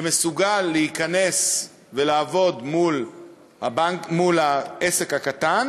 שמסוגל להיכנס ולעבוד מול העסק הקטן